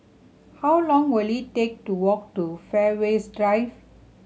how long will it take to walk to Fairways Drive